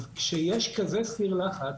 אז כשיש כזה סיר לחץ,